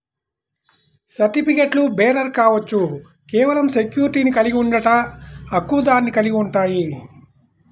సర్టిఫికెట్లుబేరర్ కావచ్చు, కేవలం సెక్యూరిటీని కలిగి ఉండట, హక్కుదారుని కలిగి ఉంటాయి,